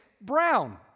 brown